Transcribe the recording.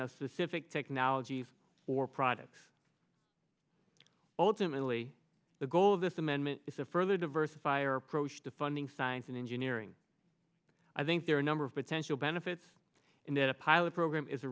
of specific technologies or products ultimately the goal of this amendment is a further diversify our approach to funding science and engineering i think there are a number of potential benefits in that a pilot program is the